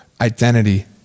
identity